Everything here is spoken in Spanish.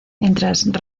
mientras